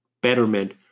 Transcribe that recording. betterment